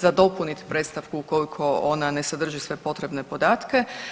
za dopunit predstavku ukoliko ona ne sadrži sve potrebne podatke.